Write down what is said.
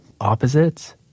opposites